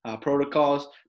protocols